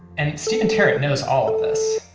and stephen teret knows all of this.